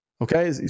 Okay